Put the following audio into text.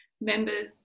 members